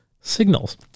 signals